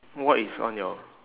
what is on your